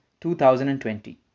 2020